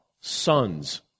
sons